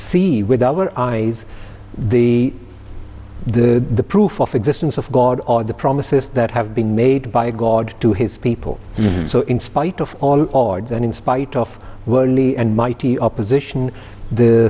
see with our eyes the the proof of existence of god or the promises that have been made by a god to his people so in spite of all odds and in spite of worldly and mighty opposition the